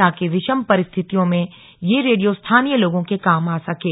ताकि विषम परिस्थितियों में यह रेडियो स्थानीय लोगों के काम आ सकें